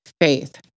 faith